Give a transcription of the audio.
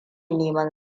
neman